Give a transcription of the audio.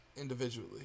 individually